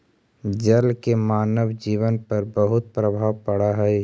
जल के मानव जीवन पर बहुत प्रभाव पड़ऽ हई